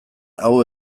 hau